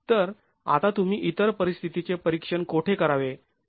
तर आता तुम्ही इतर परिस्थितीचे परीक्षण कोठे करावे